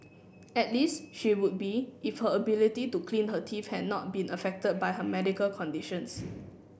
at least she would be if her ability to clean her teeth had not been affected by her medical conditions